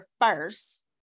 first